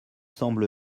semble